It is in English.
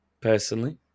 personally